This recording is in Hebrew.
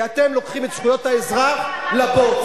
כי אתם לוקחים את זכויות האזרח לבוץ.